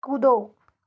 कूदो